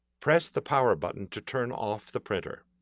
press the power button to turn off the printer.